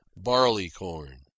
Barleycorn